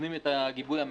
ונותנים את הגיבוי המלא,